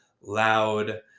loud